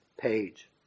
page